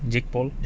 jadebot